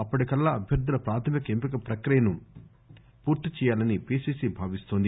అప్పటికల్లా అభ్యర్దుల ప్రాథమిక ఎంపిక ప్రక్రియను పూర్తి చేయాలని పిసిసి భావిస్తోంది